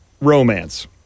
Romance